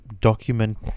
document